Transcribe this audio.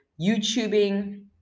YouTubing